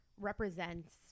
represents